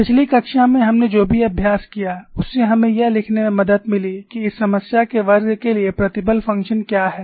पिछली कक्षा में हमने जो भी अभ्यास किया उससे हमें यह लिखने में मदद मिली कि इस समस्या के वर्ग के लिए प्रतिबल फंक्शन क्या है